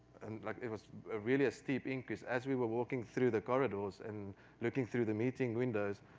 like it was really a steep increase, as we were walking through the corridors and looking through the meeting windows,